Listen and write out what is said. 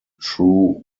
true